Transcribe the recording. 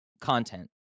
content